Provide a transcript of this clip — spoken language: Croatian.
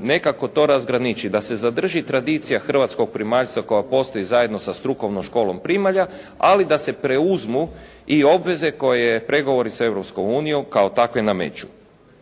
nekako to razgraničiti. Da se zadrži tradicija hrvatskog primaljstva koja postoji zajedno sa strukovnom školom primalja ali da se preuzmu i obveze koje pregovori sa Europskom